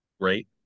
great